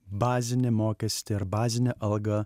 bazinį mokestį ir bazinę algą